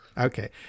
Okay